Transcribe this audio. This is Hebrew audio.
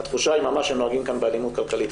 התחושה היא ממש שנוהגים כאן באלימות כלכלית,